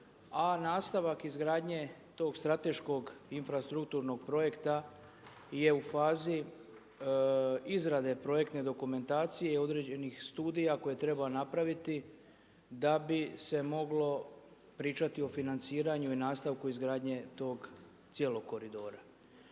a nastavak izgradnje tog strateškog infrastrukturnog projekta je u fazi izrade projektne dokumentacije određenih studija koje treba napraviti da bi se moglo pričati o financiranju i nastavku izgradnje tog cijelog koridora.